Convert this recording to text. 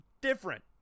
different